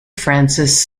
francis